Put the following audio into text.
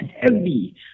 heavy